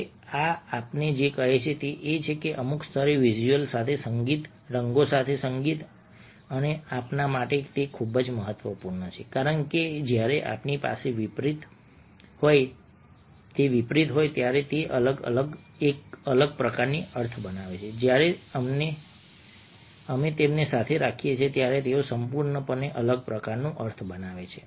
હવે આ આપણને જે કહે છે તે એ છે કે આપણે અમુક સ્તરે વિઝ્યુઅલ સાથે સંગીત રંગો સાથે સંગીત અને આ આપણા માટે ખૂબ જ મહત્વપૂર્ણ છે કારણ કે જ્યારે આપણી પાસે તે વિપરીત હોય છે ત્યારે તે એક અલગ પ્રકારનો અર્થ બનાવે છે જ્યારે અમે તેમને સાથે રાખીએ છીએ ત્યારે તેઓ સંપૂર્ણપણે અલગ પ્રકારનો અર્થ બનાવે છે